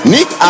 Nick